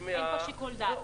אין עוד שיקול דעת.